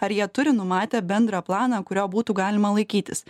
ar jie turi numatę bendrą planą kurio būtų galima laikytis